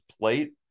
plate